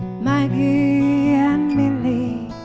maggie and milly,